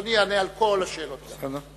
אדוני יענה על כל השאלות יחד.